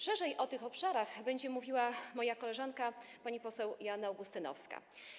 Szerzej o tych obszarach będzie mówiła moja koleżanka pani poseł Joanna Augustynowska.